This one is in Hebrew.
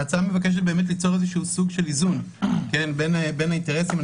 ההצעה מבקשת ליצור איזשהו סוג של איזון בין האינטרסים.